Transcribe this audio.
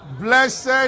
Blessed